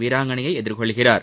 வீராங்கனையை எதிர்கொள்கிறார்